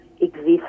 exist